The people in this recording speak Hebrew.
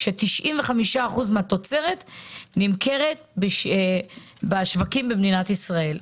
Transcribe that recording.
כש-95% מהתוצרת נמכרת בשווקים במדינת ישראל.